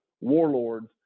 warlords